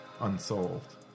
unsolved